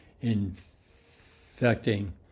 infecting